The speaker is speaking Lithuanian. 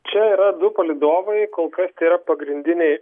čia yra du palydovai kol kas tai yra pagrindiniai